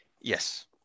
Yes